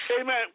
amen